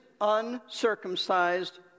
uncircumcised